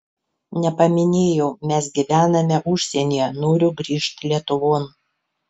nepaminėjau mes gyvename užsienyje noriu grįžt lietuvon